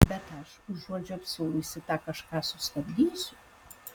bet aš užuot žiopsojusi tą kažką sustabdysiu